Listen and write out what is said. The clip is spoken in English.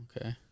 Okay